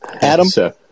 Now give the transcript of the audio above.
Adam